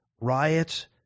riots